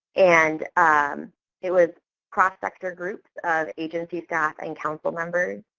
and um it was cross-sector groups of agency, staff, and council members,